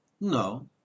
No